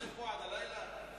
כל שבוע עד הלילה?